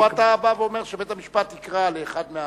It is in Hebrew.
פה אתה בא ואומר שבית-המשפט יקרא לאחד,